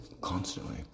constantly